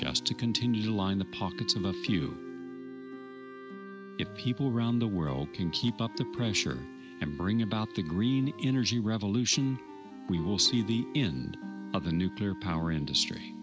just to continue to line the pockets of a few people around the world can keep up the pressure and bring about the green energy revolution we will see the end of the nuclear power industry